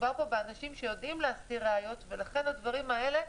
מדובר פה באנשים שיודעים להסתיר ראיות ולכן צריך